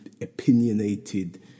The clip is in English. opinionated